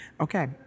Okay